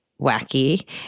wacky